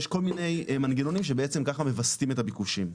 יש כל מיני מנגנונים שבעצם ככה מווסתים את הביקושים.